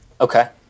okay